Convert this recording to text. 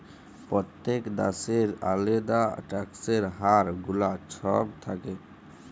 প্যত্তেক দ্যাশের আলেদা ট্যাক্সের হার গুলা ছব থ্যাকে